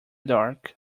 dark